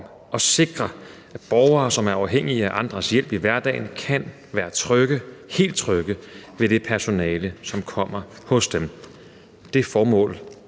at sikre, at borgere, som er afhængige af andres hjælp i hverdagen, kan være helt trygge ved det personale, som kommer hos dem. Det formål